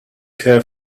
care